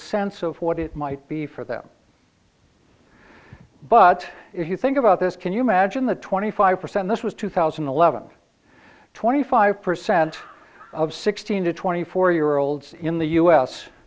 sense of what it might be for them but if you think about this can you imagine the twenty five percent this was two thousand and eleven twenty five percent of sixteen to twenty four